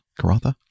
Karatha